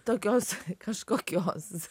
tokios kažkokios